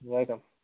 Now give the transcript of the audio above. welcome